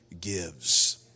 gives